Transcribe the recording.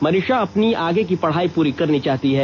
मनीषा अपनी आगे की पढ़ाई पूरी करनी चाहती है